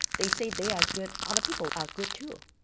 they say they are good, other people are good too.